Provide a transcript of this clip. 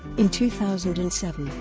in two thousand and seven,